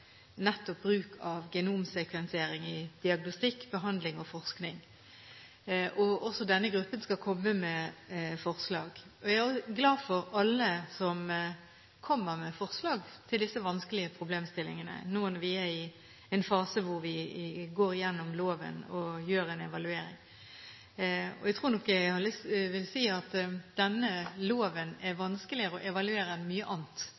nettopp bruk av genomsekvensering i diagnostikk, behandling og forskning. Også denne gruppen skal komme med forslag. Jeg er glad for alle som kommer med forslag når det gjelder disse vanskelige problemstillingene, nå som vi er i en fase hvor vi går gjennom loven og gjør en evaluering. Jeg har lyst til å si at denne loven er vanskeligere å evaluere enn mye annet